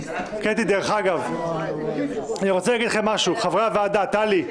דרך אגב, חברי הוועדה, טלי,